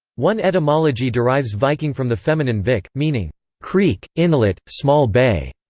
one etymology derives viking from the feminine vik, meaning creek, inlet, small bay.